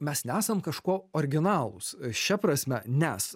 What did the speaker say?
mes nesam kažkuo originalūs šia prasme nes